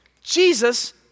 Jesus